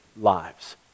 lives